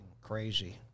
crazy